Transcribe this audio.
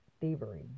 Thievery